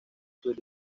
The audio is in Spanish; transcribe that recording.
sus